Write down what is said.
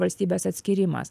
valstybės atskyrimas